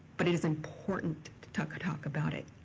but it is important to talk talk about it.